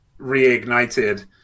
reignited